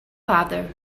father